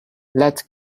let